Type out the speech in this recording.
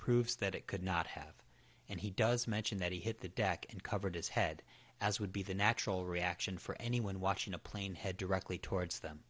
proves that it could not have and he does mention that he hit the deck and covered his head as would be the natural reaction for anyone watching a plane head directly towards them